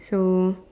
so